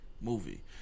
movie